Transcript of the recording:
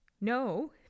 No